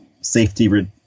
safety